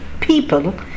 people